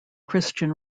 christian